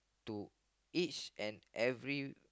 to each and every